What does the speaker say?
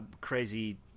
crazy